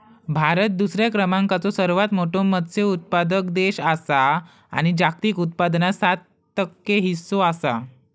भारत दुसऱ्या क्रमांकाचो सर्वात मोठो मत्स्य उत्पादक देश आसा आणि जागतिक उत्पादनात सात टक्के हीस्सो आसा